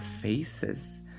faces